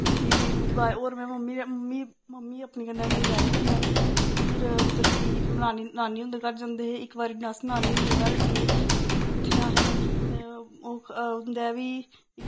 फिरी ओह्दे बाद होर में मम्मी मम्मी मम्मी अपनी कन्नै कन्नै डैडी कन्नै फिर उद्धर गेई नानी नानी हुंदे घर जंदे हे इक बारी अस नानी हुंदे घर गे फिर उत्थै असें उं'दै बी